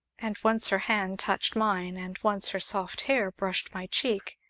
and once her hand touched mine, and once her soft hair brushed my cheek,